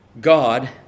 god